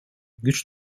güç